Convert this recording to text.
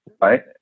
right